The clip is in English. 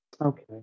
Okay